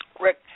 Rick